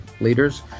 leaders